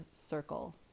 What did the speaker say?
circle